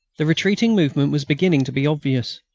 the retreating movement was beginning to be obvious.